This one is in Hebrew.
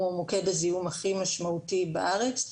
הוא מוקד הזיהום הכי משמעותי בארץ,